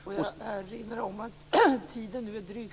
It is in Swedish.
Får jag erinra om att tiden nu är förbrukad.